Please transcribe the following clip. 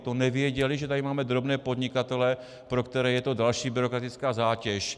To nevěděli, že tady máme drobné podnikatele, pro které je to další byrokratická zátěž?